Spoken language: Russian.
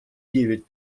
девять